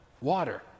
water